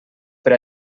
per